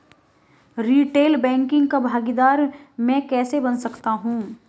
Retail banking का भागीदार मैं कैसे बन सकता हूँ?